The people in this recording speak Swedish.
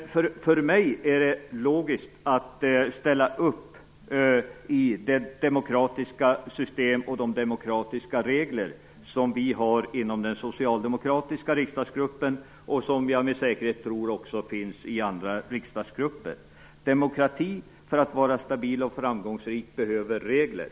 Men för mig är det logiskt att ställa upp på det demokratiska system och de demokratiska regler som vi har inom den socialdemokratiska riksdagsgruppen, vilka med säkerhet också finns i andra riksdagsgrupper. För att demokratin skall vara stabil och framgångsrik behövs regler.